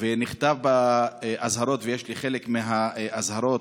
ונכתב באזהרות, ויש לי חלק מהאזהרות,